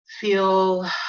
feel